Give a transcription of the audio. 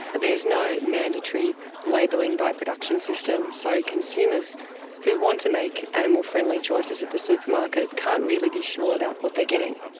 there's no mandatory labeling by production systems. so consumers who want to make animal-friendly choices at the supermarket, can't really be sure about what they're getting.